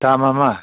दामा मा